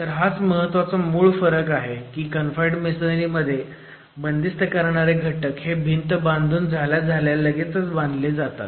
तर हाच महत्वाचा मूळ फरक आहे की कनफाईण्ड मेसोनरी मध्ये बंदिस्त करणारे घटक हे भिंत बांधून झाल्या झाल्या लगेचच बांधले जातात